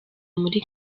muri